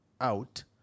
out